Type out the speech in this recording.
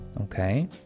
Okay